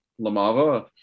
lamava